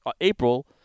April